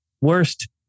worst